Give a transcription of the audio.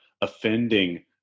offending